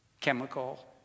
chemical